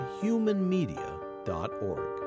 humanmedia.org